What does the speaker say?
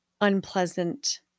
unpleasant